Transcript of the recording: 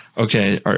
Okay